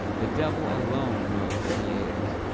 the devil alone knows what he is!